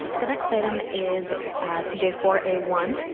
the next item is suited for a one,